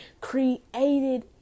created